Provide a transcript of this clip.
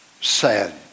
sad